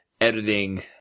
editing